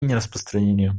нераспространения